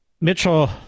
Mitchell